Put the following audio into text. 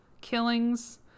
killings